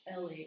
LA